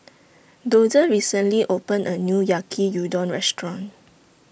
Dozier recently opened A New Yaki Udon Restaurant